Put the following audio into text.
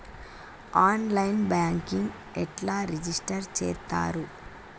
On line banking ఎట్లా register చేత్తరు?